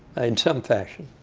in some fashion.